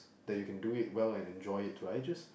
that you can do it well and enjoy it too I just